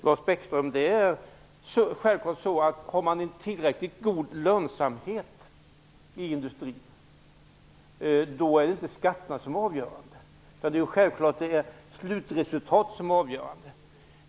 Det är, Lars Bäckström, självfallet så att om man har en tillräckligt god lönsamhet i industrin, då är det inte skatterna utan slutresultatet som är avgörande.